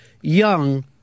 young